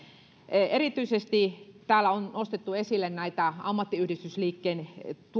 erityisesti täällä on nostettu esille näitä ammattiyhdistysliikkeen